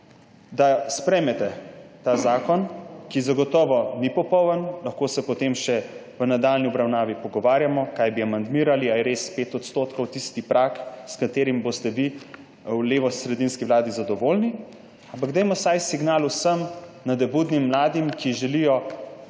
da sprejmete ta zakon, ki zagotovo ni popoln, lahko se potem še v nadaljnji obravnavi pogovarjamo, kaj bi amandmirali, ali je res 5 % tisti prag, s katerim boste vi v levosredinski vladi zadovoljni, ampak dajmo vsaj signal vsem nadobudnim mladim, ki želijo